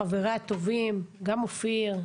חבריי הטובים גם אופיר,